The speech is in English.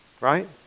Right